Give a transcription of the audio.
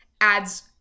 adds